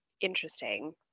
interesting